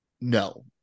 No